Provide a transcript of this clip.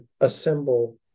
assemble